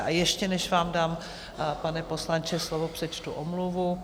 A ještě než vám dám, pane poslanče, slovo, přečtu omluvu.